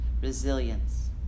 Resilience